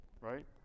Right